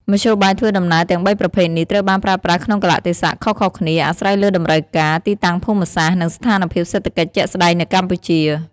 មធ្យោបាយធ្វើដំណើរទាំងបីប្រភេទនេះត្រូវបានប្រើប្រាស់ក្នុងកាលៈទេសៈខុសៗគ្នា អាស្រ័យលើតម្រូវការ ទីតាំងភូមិសាស្ត្រ និងស្ថានភាពសេដ្ឋកិច្ចជាក់ស្ដែងនៅកម្ពុជា ។